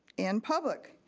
in public.